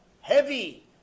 Heavy